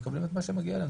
מקבלים את מה שמגיע להם.